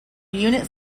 unit